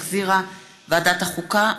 שהחזירה ועדת החוקה,